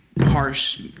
harsh